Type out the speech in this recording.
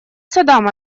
садам